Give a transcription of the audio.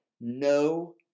No